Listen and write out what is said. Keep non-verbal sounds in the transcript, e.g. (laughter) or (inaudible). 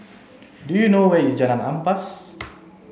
do you know where is Jalan Ampas (noise)